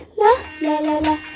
la-la-la-la